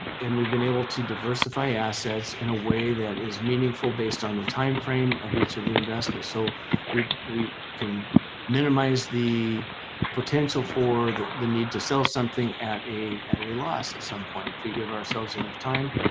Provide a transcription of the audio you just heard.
and we've been able to develop versifying assets in a way that is meaningful based on the timeframe of each of the investments so we we can minimize the potential for the the need to sell something at a at a loss at some point, if we give ourselves enough time.